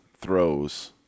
throws